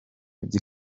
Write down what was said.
by’i